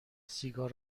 سیگار